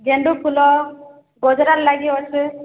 ଗେଣ୍ଡୁ ଫୁଲ ଗଜରା ଲାଗି ଅଛେଁ